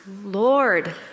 Lord